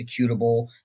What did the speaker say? executable